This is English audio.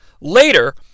Later